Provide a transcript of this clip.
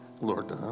Lord